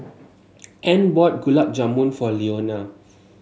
Ann bought Gulab Jamun for Leonia